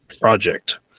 project